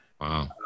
Wow